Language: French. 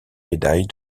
médaille